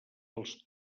els